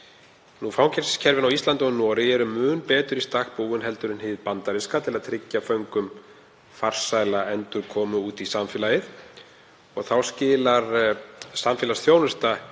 Fangelsiskerfin á Íslandi og Noregi eru mun betur í stakk búin en hið bandaríska til að tryggja föngum farsæla endurkomu út í samfélagið. Þá skilar samfélagsþjónusta